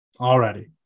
Already